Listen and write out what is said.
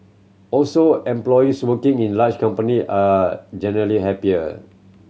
also employees working in larger company are generally happier